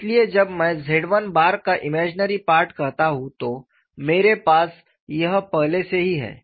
इसलिए जब मैं Z1 बार का इमेजिनरी पार्ट कहता हूं तो मेरे पास यह पहले से ही है